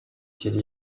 yari